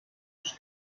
sus